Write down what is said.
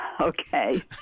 Okay